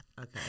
Okay